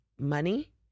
money